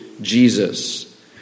Jesus